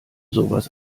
sowas